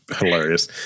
hilarious